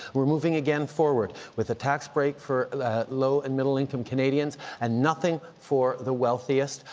we're moving again forward with a tax break for low and middle income canadians and nothing for the wealthiest,